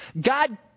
God